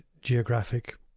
geographic